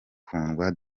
kundwa